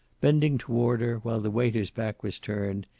bending toward her, while the waiter's back was turned,